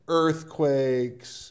earthquakes